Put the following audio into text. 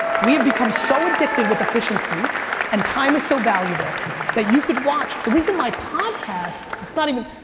we have become so addicted with efficiency and time is so valuable that you could watch. the reason my podcast, it's not even,